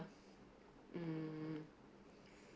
mm